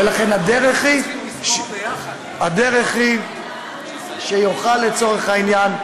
ולכן, הדרך היא שיוכל, לצורך העניין,